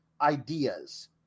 ideas